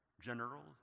generals